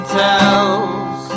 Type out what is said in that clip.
tells